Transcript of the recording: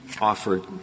offered